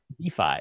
DeFi